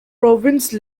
province